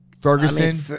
Ferguson